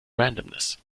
randomness